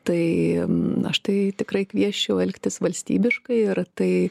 tai na aš tai tikrai kviesčiau elgtis valstybiškai ir tai